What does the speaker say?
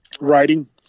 writing